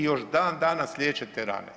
I još dan danas liječe te rane.